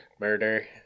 Murder